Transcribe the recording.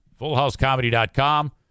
Fullhousecomedy.com